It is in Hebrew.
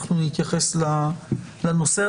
אנחנו נתייחס לנושא.